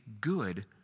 good